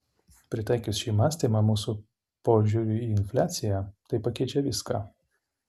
pritaikius šį mąstymą mūsų požiūriui į infliaciją tai pakeičia viską